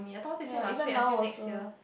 ya even now also